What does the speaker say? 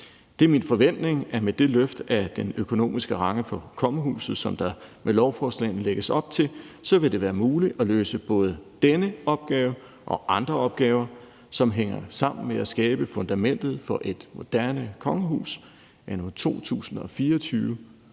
Det er min forventning, at det med det løft af den økonomiske ramme for kongehuset, som der med lovforslaget lægges op til, vil være muligt at løse både denne opgave og andre opgaver, som hænger sammen med at skabe fundamentet for et moderne kongehus anno 2024